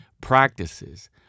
practices